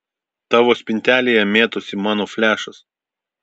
tavo spintelėje mėtosi mano flešas